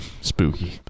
spooky